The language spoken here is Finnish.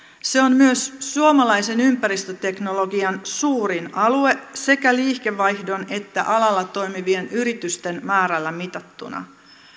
se on myös suomalaisen ympäristöteknologian suurin alue sekä liikevaihdon että alalla toimivien yritysten määrällä mitattuna